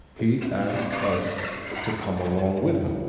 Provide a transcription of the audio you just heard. he asked us to come along with him.